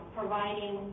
providing